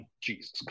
jesus